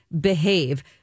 behave